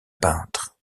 peintre